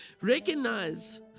Recognize